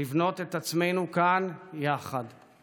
לבנות את עצמנו כאן יחד;